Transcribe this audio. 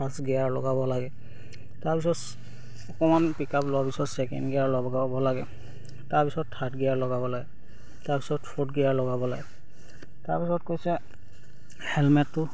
first gear লগাব লাগে তাৰপিছত অকমান পিক আপ লোৱাৰ পিছত ছেকেণ্ড গিয়াৰ লগাব লাগে তাৰপিছত থাৰ্ড গিয়াৰ লগাব লাগে তাৰপিছত ফ'ৰ্থ গিয়াৰ লগাব লাগে তাৰপিছত কৈছে হেলমেটটো